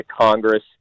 Congress